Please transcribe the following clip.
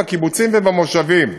בקיבוצים ובמושבים,